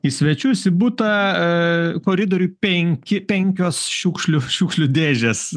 į svečius į butą koridoriuj penki penkios šiukšlių šiukšlių dėžes